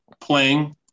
playing